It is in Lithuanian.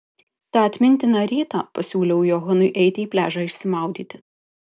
tą atmintiną rytą pasiūliau johanui eiti į pliažą išsimaudyti